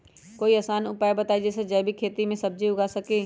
कोई आसान उपाय बताइ जे से जैविक खेती में सब्जी उगा सकीं?